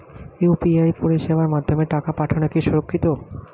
UPI পরিষেবার মাধ্যমে টাকা পাঠানো কি সুরক্ষিত?